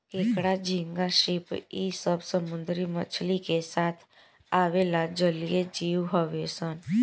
केकड़ा, झींगा, श्रिम्प इ सब समुंद्री मछली के साथ आवेला जलीय जिव हउन सन